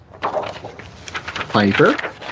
Piper